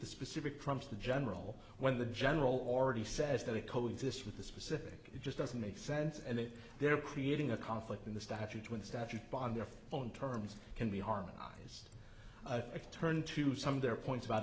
the specific crimes the general when the general already says they co exist with the specific it just doesn't make sense and that they're creating a conflict in the statute when statute on their own terms can be harmonized a turn to some of their points about